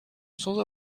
sans